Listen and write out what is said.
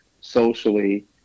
socially